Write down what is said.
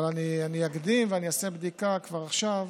אבל אני אקדים ואעשה בדיקה כבר עכשיו